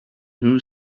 new